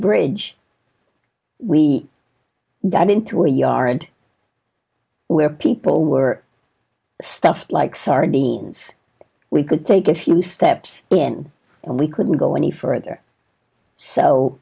bridge we got into a yard where people were stuff like sardines we could take a few steps in and we couldn't go any further so